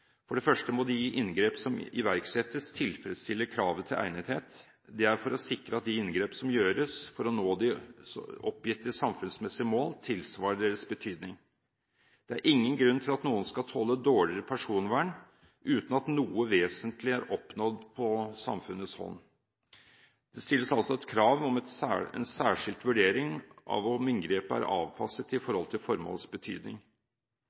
For det første må de inngrep som iverksettes, tilfredsstille kravet til egnethet. Det er for å sikre at de inngrep som gjøres for å nå de oppgitte, samfunnsmessige mål, tilsvarer deres betydning. Det er ingen grunn til at noen skal tåle dårligere personvern, uten at noe vesentlig er oppnådd på samfunnets hånd. Det stilles altså et krav om en særskilt vurdering av om inngrepet er avpasset i forhold til formålets betydning.